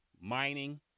mining